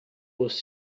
was